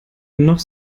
noch